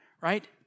right